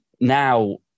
now